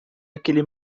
aquele